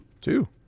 two